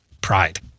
Pride